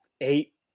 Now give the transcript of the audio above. eight